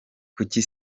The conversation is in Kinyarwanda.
kuki